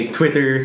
Twitter